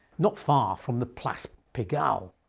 not far from the place pigalle.